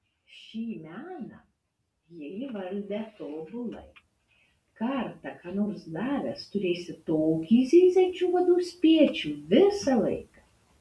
šį meną jie įvaldę tobulai kartą ką nors davęs turėsi tokį zyziančių uodų spiečių visą laiką